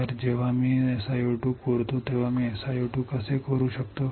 तर जेव्हा मी SiO2 खोदतो तेव्हा मी SiO2 कसे खोदू शकतो